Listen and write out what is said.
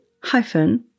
hyphen